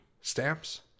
stamps